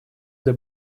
для